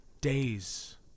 days